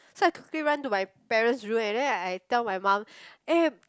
so I quickly run to my parents' room and then I tell my mum eh